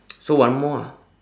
so one more ah